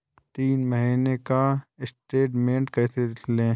तीन महीने का स्टेटमेंट कैसे लें?